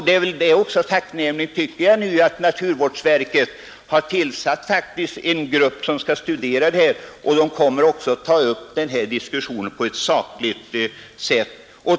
Det är också tacknämligt, tycker jag, att naturvårdsverket nu har tillsatt en grupp som kommer att ta upp den här diskussionen på ett sakligt sätt.